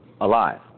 alive